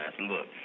Look